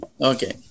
okay